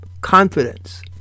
confidence